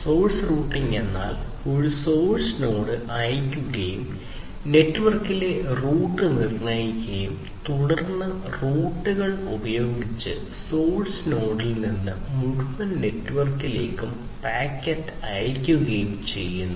source routing എന്നാൽ ഒരു source node അയയ്ക്കുകയും നെറ്റ്വർക്കിലെ റൂട്ട് നിർണ്ണയിക്കുകയും തുടർന്ന് റൂട്ടുകൾ ഉപയോഗിച്ച് സോഴ്സ് നോഡിൽ നിന്ന് മുഴുവൻ നെറ്റ്വർക്കിലേക്കും പാക്കറ്റ് അയയ്ക്കുകയും ചെയ്യുന്നു